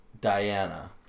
Diana